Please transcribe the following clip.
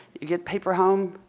you get paper home,